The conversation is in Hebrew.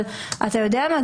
אבל אתה יודע מה,